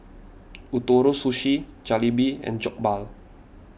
Ootoro Sushi Jalebi and Jokbal